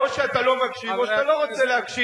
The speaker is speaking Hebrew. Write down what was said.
או שאתה לא מקשיב או שאתה לא רוצה להקשיב.